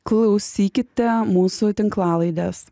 klausykite mūsų tinklalaidės